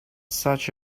such